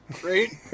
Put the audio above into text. Great